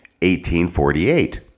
1848